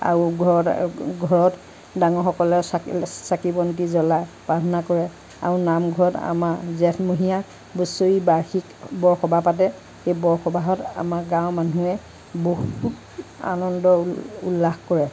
আৰু ঘৰ ঘৰত ডাঙৰসকলে চা চাকি বন্তি জ্বলাই প্ৰাৰ্থনা কৰে আৰু নামঘৰত আমাৰ জেঠমহীয়া বছৰি বাৰ্ষিক বৰসভা পাতে এই বৰসভাত আমাৰ গাঁৱৰ মানুহে বহুত আনন্দ উ উল্লাস কৰে